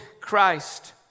Christ